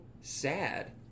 sad